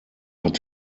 hat